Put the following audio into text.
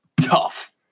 Tough